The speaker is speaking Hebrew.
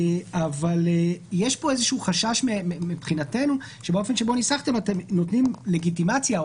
אבל יש פה חשש מבחינתנו שבאופן שבו ניסחתם אתם נותנים לגיטימציה או